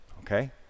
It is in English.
Okay